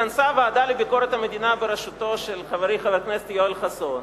התכנסה הוועדה לביקורת המדינה בראשותו של חברי חבר הכנסת יואל חסון,